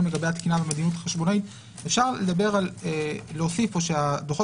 לגבי התקינה ומדיניות חשבונאית אפשר להוסיף פה שהדוחות